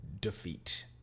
defeat